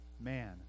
man